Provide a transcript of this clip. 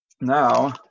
Now